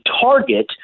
target